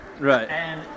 Right